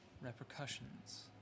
repercussions